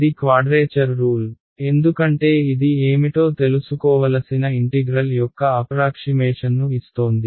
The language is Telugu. ఇది క్వాడ్రేచర్ రూల్ ఎందుకంటే ఇది ఏమిటో తెలుసుకోవలసిన ఇంటిగ్రల్ యొక్క అప్రాక్షిమేషన్ ను ఇస్తోంది